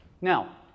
Now